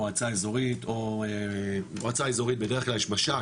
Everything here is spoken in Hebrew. במועצה אזורית בדרך כלל יש מש"ק,